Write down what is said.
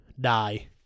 Die